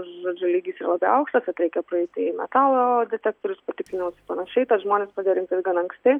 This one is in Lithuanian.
žodžiu lygis yra labai aukštas tad reikia praeiti metalo detektorius patikrinimus ir panašiai žmonės pradėjo rinktis gan anksti